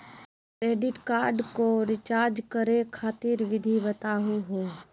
Credit card क recharge करै खातिर विधि बताहु हो?